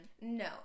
no